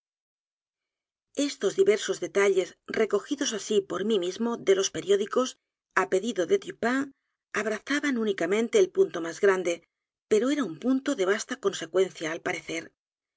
estos diversos detalles recogidos así por mí mismo de los periódicos á pedido de dupin abrazaban únicamente el punto más grande pero era un punto de vasta consecuencia al parecer